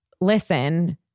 listen